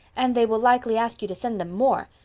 and they will likely ask you to send them more.